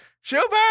Schubert